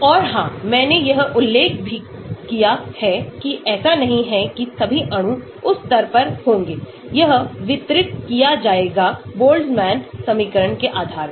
और हां मैंने यह उल्लेख भी किया है कि ऐसा नहीं है कि सभी अणु उस स्तर पर होंगे यह वितरित किया जाएगा बोल्ट्जमैन समीकरण के आधार पर